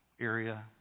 area